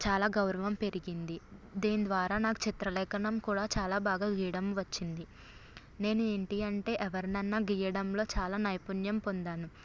చాలా గౌరవం పెరిగింది దీని ద్వారా నాకు చిత్రలేఖనం కూడా చాలా బాగా గీయడం వచ్చింది నేను ఏంటి అంటే ఎవరినైనా గీయడంలో చాలా నైపుణ్యం పొందాను